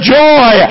joy